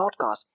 podcast